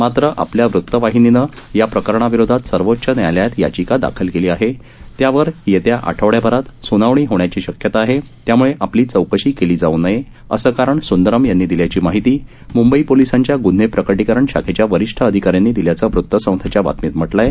मात्र आपल्या वृत्तवाहिनीनं या प्रकरणाविरोधात सर्वोच्च न्यायालयात याचिका दाखल केली आहे त्यावर येत्या आठव ाभरात सुनावणी होण्याची शक्यता आहे त्यामुळे आपली चौकशी केली जाऊ नये असं कारण सुंदरम यांनी दिल्याची माहिती मुंबई पोलीसांच्या गुन्हे प्रकटीकरण शाखेच्या वरीष्ठ अधिकाऱ्यांनी दिल्याचं वृतसंस्थेच्या बातमीत म्हटलं आहे